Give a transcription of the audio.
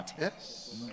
Yes